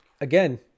again